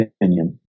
opinion